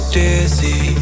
dizzy